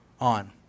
on